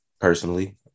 Personally